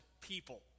people